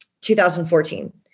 2014